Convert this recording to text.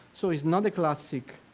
so it's not a classic